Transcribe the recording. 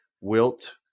Wilt